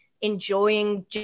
enjoying